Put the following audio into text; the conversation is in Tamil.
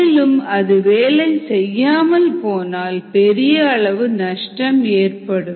மேலும் அது வேலை செய்யாமல் போனால் பெரிய அளவு நஷ்டம் ஏற்படும்